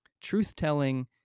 truth-telling